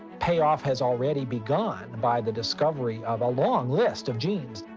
payoff has already begun by the discovery of a long list of genes.